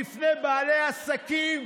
בפני בעלי עסקים